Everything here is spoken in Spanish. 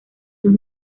sus